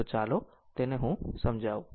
તો ચાલો હું તેને સમજાવું